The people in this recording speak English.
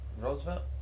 Roosevelt